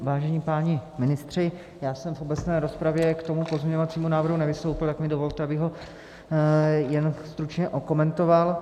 Vážení páni ministři, já jsem v obecné rozpravě k tomu pozměňovacímu návrhu nevystoupil, tak mi dovolte, abych ho jen stručně okomentoval.